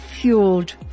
fueled